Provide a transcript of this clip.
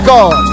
God